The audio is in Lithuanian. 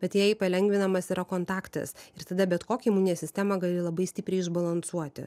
bet jai palengvinamas yra kontaktas ir tada bet kokią imuninę sistemą gali labai stipriai išbalansuoti